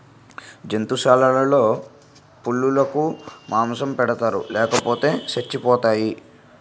జంతుశాలలో పులులకు మాంసం పెడతారు లేపోతే సచ్చిపోతాయి